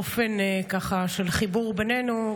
באופן של חיבור בינינו,